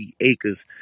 acres